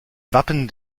wappen